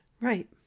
right